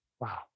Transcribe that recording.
Wow